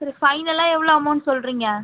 சரி ஃபைனலாக எவ்வளோ அமௌன்ட் சொல்றிங்க